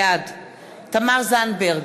בעד תמר זנדברג,